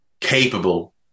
capable